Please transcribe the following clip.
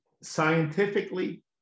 scientifically